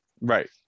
Right